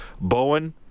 Bowen